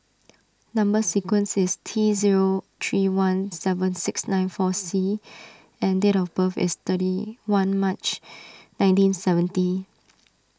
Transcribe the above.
Number Sequence is T zero three one seven six nine four C and date of birth is thirty one March nineteen seventy